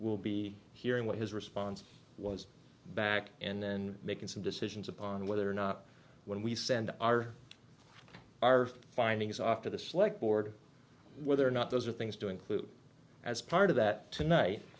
will be hearing what his response was back and then making some decisions upon whether or not when we send our our findings off to the select board whether or not those are things to include as part of that tonight